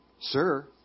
Sir